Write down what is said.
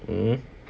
mmhmm